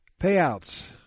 Payouts